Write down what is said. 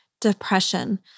depression